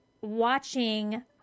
watching